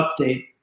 update